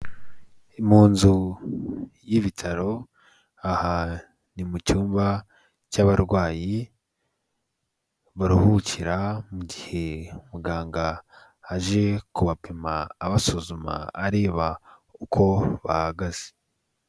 Mu nzu y'ibitaro aha ni mu cyumba cy'abarwayi, baruhukira mu gihe muganga aje kubapima abasuzuma areba uko bahagaze.